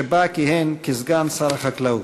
שבה כיהן כסגן שר החקלאות.